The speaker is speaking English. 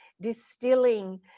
distilling